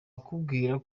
akubwira